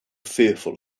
fearful